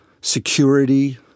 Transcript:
security